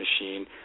Machine